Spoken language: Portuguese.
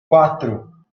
quatro